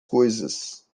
coisas